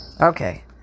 okay